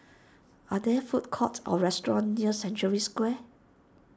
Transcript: are there food courts or restaurants near Century Square